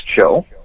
show